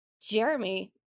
Jeremy